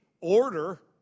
order